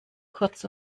kurz